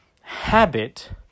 habit